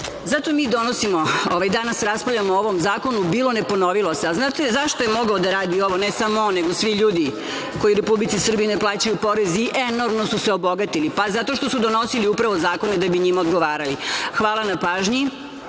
zato mi danas raspravljamo o ovom zakonu. Bilo, ne ponovilo se. Znate zašto je mogao da radi ovo, ne samo on, nego svi ljudi koji Republici Srbiji ne plaćaju porez i enormno su se obogatili? Pa zato što su donosili upravo zakone da bi njima odgovarali. Hvala na pažnji.